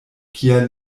kial